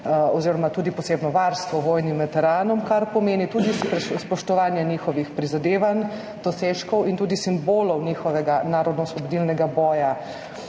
oziroma tudi posebno varstvo vojnim veteranom, kar pomeni tudi spoštovanje njihovih prizadevanj, dosežkov in simbolov njihovega narodnoosvobodilnega boja.